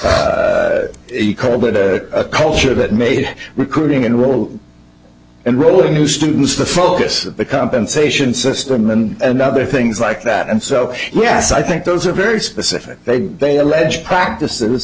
so you call that a culture that made recruiting and rolled and rolled into students the focus the compensation system and other things like that and so yes i think those are very specific they they allege practices